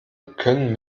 können